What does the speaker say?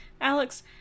alex